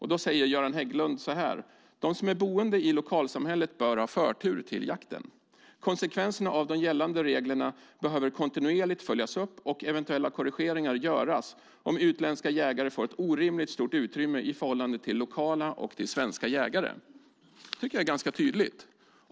Han svarade så här: "De som är boende i lokalsamhället bör ha förtur till jakten. Konsekvenserna av de gällande reglerna behöver kontinuerligt följas upp och eventuella korrigeringar göras om utländska jägare får ett orimligt stort utrymme i förhållande till lokala och svenska jägare." Jag tycker att det är ganska tydligt.